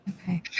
Okay